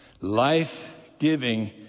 life-giving